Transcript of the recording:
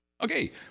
Okay